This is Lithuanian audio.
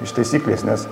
iš taisyklės nes